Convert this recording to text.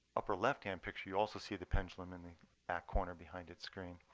upper left hand picture, you also see the pendulum in the back corner behind its screen.